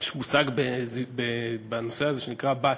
יש מושג בנושא הזה שנקרא BAT,